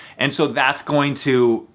and so that's going to,